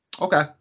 Okay